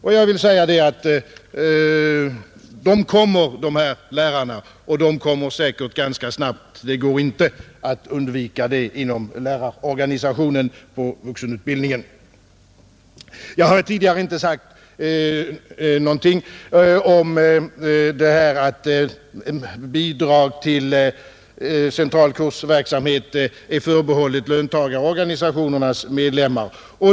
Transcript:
Dessa lärare kommer och de kommer säkert ganska snabbt. Det går inte att undvika inom lärarorganisationen för vuxenutbildningen. Jag har tidigare inte sagt något om att bidrag till central kursverksamhet är förbehållet löntagarorganisationernas medlemmar.